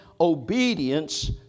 obedience